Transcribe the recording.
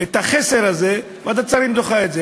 את החסר הזה, ועדת השרים דוחה את זה.